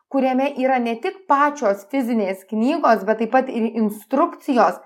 kuriame yra ne tik pačios fizinės knygos bet taip pat ir instrukcijos